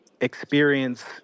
experience